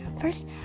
First